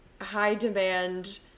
high-demand